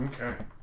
Okay